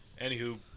Anywho